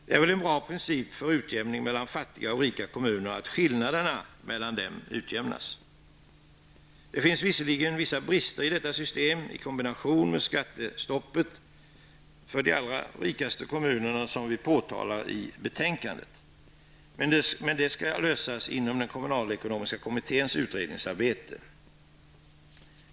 Det är väl en bra princip för utjämning mellan fattiga och rika kommuner att skillnaderna mellan dem utjämnas? Det finns visserligen vissa brister i detta system i kombination med skattestoppet för de allra rikaste kommunerna, vilket vi påtalar i betänkandet. Men det skall lösas inom den kommunalekonomiska kommitténs utredningsarbete.